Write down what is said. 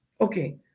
Okay